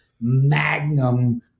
magnum